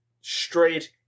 straight